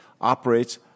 operates